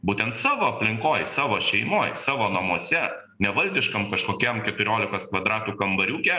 būtent savo aplinkoj savo šeimoj savo namuose ne valdiškam kažkokiam keturiolikos kvadratų kambariuke